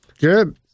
Good